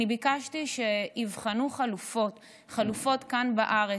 ביקשתי שיבחנו חלופות כאן בארץ,